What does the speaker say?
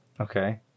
Okay